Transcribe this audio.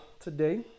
today